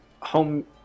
home